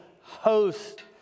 host